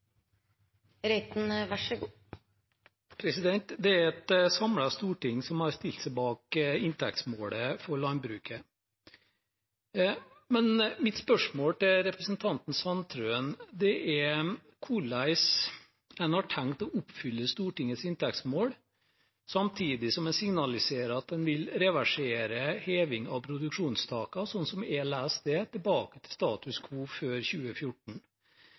et samlet storting som har stilt seg bak inntektsmålet for landbruket. Mitt spørsmål til representanten Sandtrøen er hvordan en har tenkt å oppfylle Stortingets inntektsmål, samtidig som en signaliserer at en vil reversere heving av produksjonstaket, slik jeg leser det, tilbake til status quo før 2014?